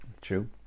True